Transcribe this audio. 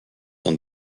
dans